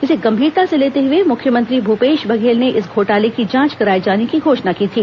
इसे गंभीरता से लेते हुए मुख्यमंत्री भूपेश बघेल ने इस घोटाले की जांच कराए जाने की घोषणा की थी